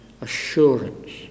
assurance